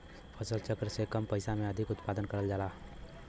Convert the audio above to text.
फसल चक्र से कम पइसा में अधिक उत्पादन करल जाला